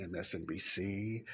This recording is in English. MSNBC